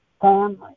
family